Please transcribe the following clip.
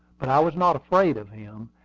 but i was not afraid of him,